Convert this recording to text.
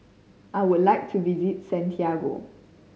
I would like to visit Santiago